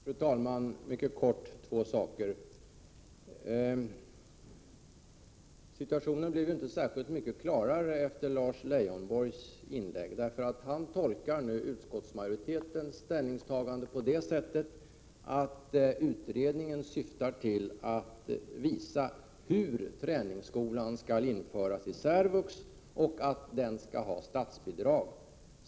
Prot. 1987/88:126 Fru talman! Jag vill mycket kort ta upp två saker. 25 maj 1988 Situationen blev inte särskilt mycket klarare efter Lars Leijonborgs inlägg. Kompetensinriktad Han tolkar utskottsmajoritetens ställningstagande på det sättet att utredca AR : 5 s Ira a SN vuxenutbildning för ningen syftar till att visa hur träningsskolan skall införas i särvux och att den :< Psykiskt utvecklings skall ha statsbidrag.